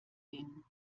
ging